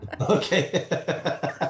okay